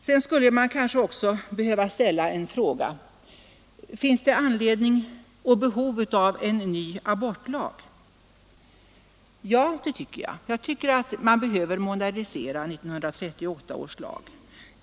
Sedan skulle man kanske också behöva ställa frågan: Finns det behov av en ny abortlag? Ja, jag tycker att 1938 års lag behöver moderniseras.